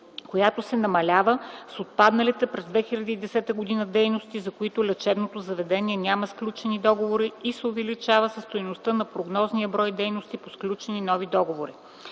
която се намалява с отпадналите през 2010 г. дейности, за които лечебното заведение няма сключени договори и се увеличава със стойността на прогнозния брой дейности по сключени нови договори”.